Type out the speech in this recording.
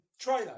trailer